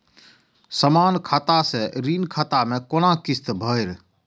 समान खाता से ऋण खाता मैं कोना किस्त भैर?